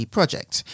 Project